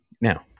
Now